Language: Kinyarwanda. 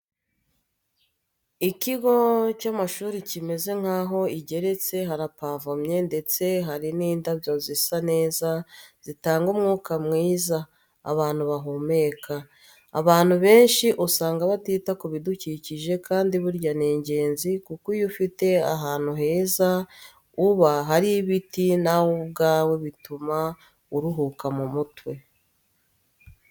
Ikigo cy'amashuri kimeze nk'aho igeretse harapavomye ndetse hari n'indabyo zisa neza zitanga umwuka mwiza abantu bahumeka, abantu benshi usanga batita ku bidukikije kandi burya ni ingenzi kuko iyo ufite ahantu heza uba hari ibiti nawe ubwawe bituma uruhuka mu mutwe.